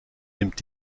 nimmt